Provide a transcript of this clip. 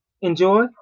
enjoy